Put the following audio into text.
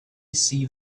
see